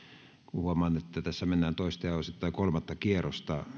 kun huomaan että tässä mennään toista ja osittain kolmatta kierrosta